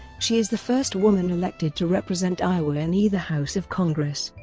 she is the first woman elected to represent iowa in either house of congress.